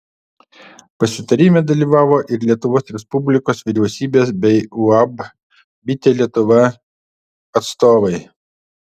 pasitarime dalyvavo ir lietuvos respublikos vyriausybės bei uab bitė lietuva atstovai